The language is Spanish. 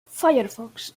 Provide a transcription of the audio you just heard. firefox